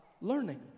learning